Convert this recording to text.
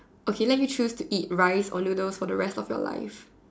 okay let you choose to eat rice or noodles for the rest of your life